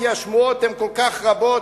כי השמועות הן כל כך רבות,